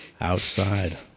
Outside